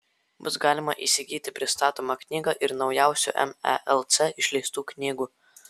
bus galima įsigyti pristatomą knygą ir naujausių melc išleistų knygų